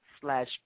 slash